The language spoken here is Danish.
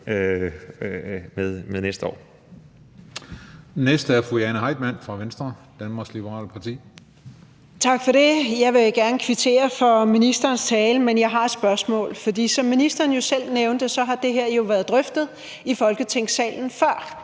med næste år.